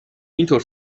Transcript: اینطور